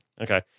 Okay